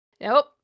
Nope